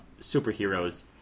superheroes